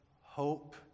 hope